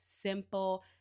simple